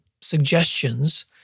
suggestions